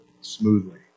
smoothly